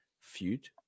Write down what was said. feud